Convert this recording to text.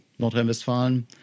Nordrhein-Westfalen